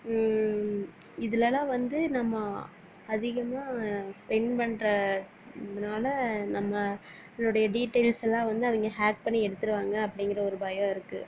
இதுலெலாம் வந்து நம்ம அதிகமாக ஸ்பென்ட் பண்ணுற இதனால நம்மளுடைய டீடைல்ஸ்யெலாம் வந்து அவங்க ஹேக் பண்ணி எடுத்துடுவாங்க அப்படிங்கிற ஒரு பயம் இருக்குது